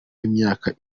w’imyaka